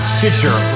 Stitcher